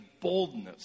boldness